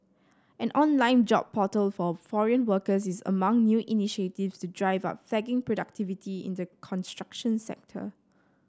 an online job portal for foreign workers is among new initiatives to drive up productivity in the construction sector